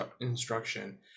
instruction